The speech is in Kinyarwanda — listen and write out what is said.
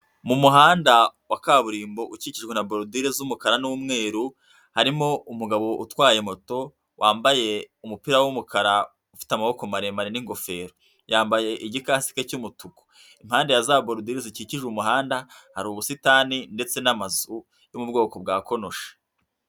Mu muhanda wa kaburimbo ukikijwe na borodire z'umukara n'umweru, harimo umugabo utwaye moto wambaye umupira w'umukara ufite amaboko maremare n'ingofero. Yambaye igikasike cy'umutuku. Impande ya za borodire zikikije umuhanda hari ubusitani ndetse n'amazu yo mu bwoko bwa konoshi.